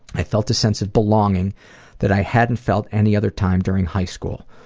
i felt a since of belonging that i hadn't felt any other time during high school.